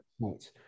points